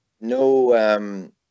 no